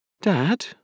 Dad